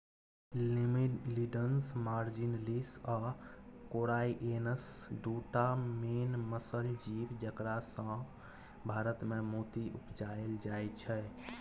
Lamellidens marginalis आ corrianus दु टा मेन मसल जीब जकरासँ भारतमे मोती उपजाएल जाइ छै